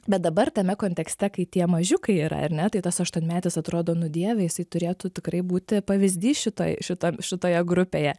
bet dabar tame kontekste kai tie mažiukai yra ar ne tai tas aštuonmetis atrodo nu dieve jisai turėtų tikrai būti pavyzdys šitoj šitam šitoje grupėje